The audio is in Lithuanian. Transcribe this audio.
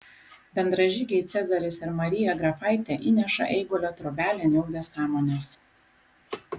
bendražygiai cezaris ir marija grafaitę įneša eigulio trobelėn jau be sąmonės